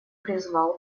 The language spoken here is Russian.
призвал